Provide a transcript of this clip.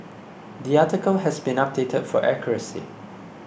the article has been updated for accuracy